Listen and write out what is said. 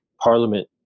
parliament